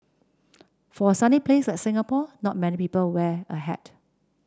for a sunny place like Singapore not many people wear a hat